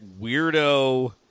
weirdo